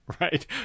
right